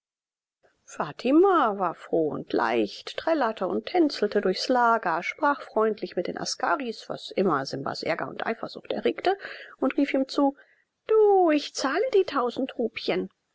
fatima war froh und leicht trällerte und tänzelte durchs lager sprach freundlich mit den askaris was immer simbas ärger und eifersucht erregte und rief ihm zu du ich zahle die tausend rupien